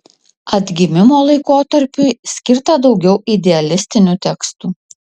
atgimimo laikotarpiui skirta daugiau idealistinių tekstų